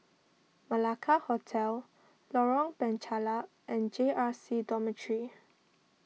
Malacca Hotel Lorong Penchalak and J R C Dormitory